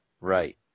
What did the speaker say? Right